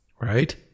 Right